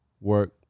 work